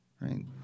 right